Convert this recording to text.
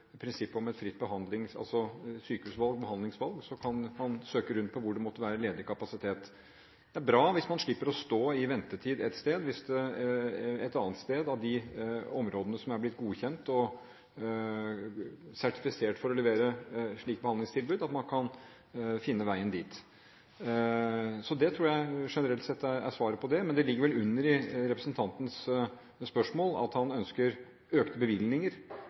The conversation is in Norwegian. prinsippet om et fritt sykehusvalg, behandlingsvalg – at man kan søke dit hvor det måtte være ledig kapasitet. Det er bra hvis man slipper ventetid ett sted hvis det er ledig kapasitet et annet sted – i et av de områdene som er blitt godkjent og sertifisert for å levere slike behandlingstilbud – og at man kan finne veien dit. Det tror jeg generelt sett er svaret på det. Men det ligger vel under representantens spørsmål at han ønsker økte bevilgninger